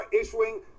issuing